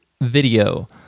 video